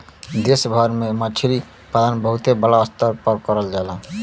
देश भर में मछरी पालन बहुते बड़ा स्तर पे करल जाला